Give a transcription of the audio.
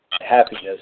happiness